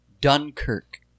Dunkirk